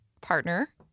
partner